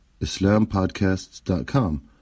islampodcasts.com